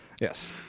Yes